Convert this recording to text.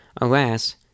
Alas